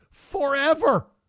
Forever